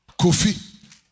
Kofi